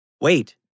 Wait